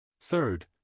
Third